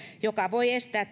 joka voi estää